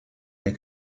des